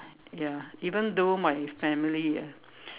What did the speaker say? ya even though my family ah